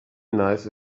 nice